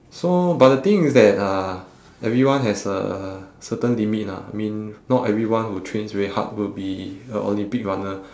so but the thing is that uh everyone has a certain limit lah I mean not everyone who trains very hard will be a olympic runner